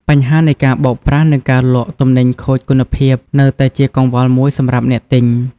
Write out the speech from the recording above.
បញ្ហានៃការបោកប្រាស់និងការលក់ទំនិញខូចគុណភាពនៅតែជាកង្វល់មួយសម្រាប់អ្នកទិញ។